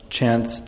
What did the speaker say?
chance